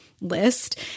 list